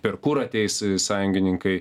per kur ateis sąjungininkai